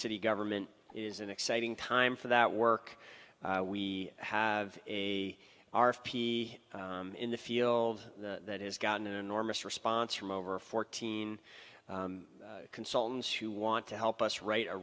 city government is an exciting time for that work we have a our fee in the field that has gotten an enormous response from over fourteen consultants who want to help us write a